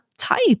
type